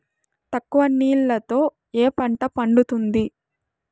తక్కువ నీళ్లతో ఏ పంట పండుతుంది?